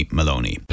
Maloney